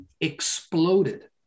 exploded